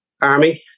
army